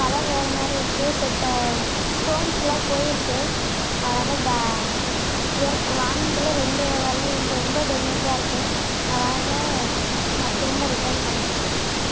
colour வேற மாதிரி இருக்குது செட் ஸ்டோன்ஸ்லாம் போயிருக்குது அதனால பே ஏற்க வாங்கினதுலயே ரெண்டு வளையல் வந்து ரொம்ப டேமேஜாக இருக்குது அதனால நான் திரும்ப ரிட்டர்ன் பண்ணுறேன்